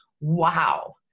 wow